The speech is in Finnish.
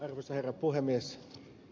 arvoisa herra puhemies